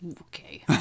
Okay